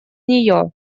нее